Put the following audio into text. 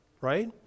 right